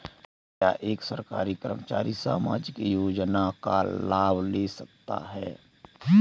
क्या एक सरकारी कर्मचारी सामाजिक योजना का लाभ ले सकता है?